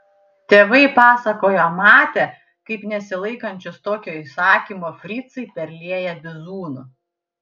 tėvai pasakojo matę kaip nesilaikančius tokio įsakymo fricai perlieja bizūnu